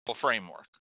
framework